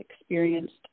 experienced